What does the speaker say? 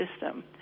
system